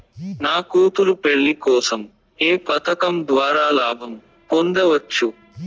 నా కూతురు పెళ్లి కోసం ఏ పథకం ద్వారా లాభం పొందవచ్చు?